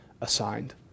assigned